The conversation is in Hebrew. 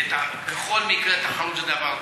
שבכל מקרה תחרות זה דבר טוב.